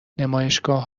نمایشگاه